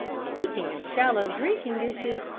speaking of shallow drinking dishes,